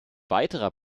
weiterer